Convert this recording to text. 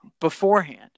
beforehand